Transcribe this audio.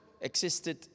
existed